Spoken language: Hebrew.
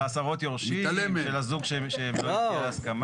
של עשרות יורשים, של הזוג שלא הגיע להסכמה.